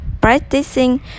practicing